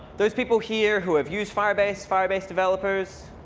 those people here who have used firebase, firebase developers.